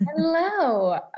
Hello